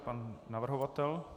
Pan navrhovatel.